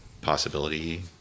possibility